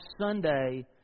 Sunday